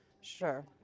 Sure